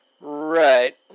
Right